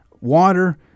water